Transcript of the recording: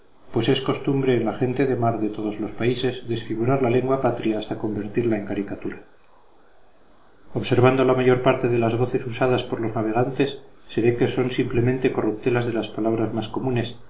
pues es costumbre en la gente de mar de todos los países desfigurar la lengua patria hasta convertirla en caricatura observando la mayor parte de las voces usadas por los navegantes se ve que son simplemente corruptelas de las palabras más comunes